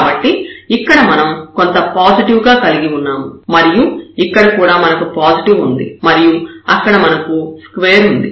కాబట్టి ఇక్కడ మనం కొంత పాజిటివ్ గా కలిగి ఉన్నాము మరియు ఇక్కడ కూడా మనకు పాజిటివ్ ఉంది మరియు అక్కడ మనకు స్క్వేర్ ఉంది